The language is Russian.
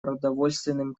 продовольственным